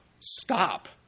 stop